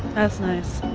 that's nice.